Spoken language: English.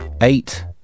eight